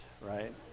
right